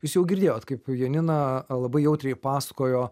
jūs jau girdėjot kaip janina labai jautriai pasakojo